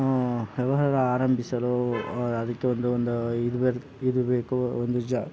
ವ್ಯವಹಾರ ಆರಂಭಿಸಲು ಅದಕ್ಕೆ ಒಂದು ಒಂದು ಇದು ಬೆಕ್ ಇದು ಬೇಕು ಒಂದು ಜಾ